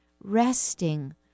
resting